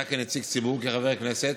אתה, כנציג ציבור, כחבר כנסת,